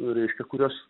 nu reiškia kurias